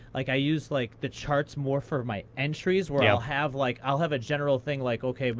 like i use like the charts more for my entries where i'll have like i'll have a general thing, like ok, but